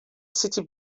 city